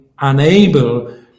unable